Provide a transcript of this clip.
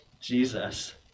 Jesus